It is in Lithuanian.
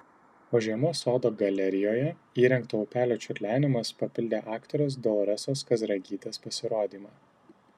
o žiemos sodo galerijoje įrengto upelio čiurlenimas papildė aktorės doloresos kazragytės pasirodymą